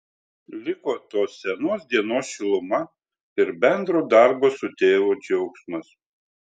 liko tos senos dienos šiluma ir bendro darbo su tėvu džiaugsmas